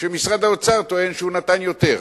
כשמשרד האוצר טוען שהוא נתן יותר.